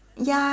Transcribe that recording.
ya